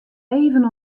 even